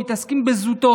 מתעסקים בזוטות.